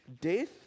Death